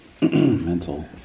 Mental